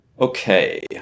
Okay